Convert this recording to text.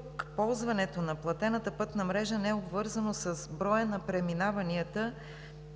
тук ползването на платената пътна мрежа не е обвързано с броя на преминаванията